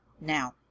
Now